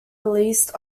release